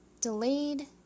Delayed